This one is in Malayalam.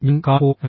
ഞാൻ കാൺപൂർ ഐ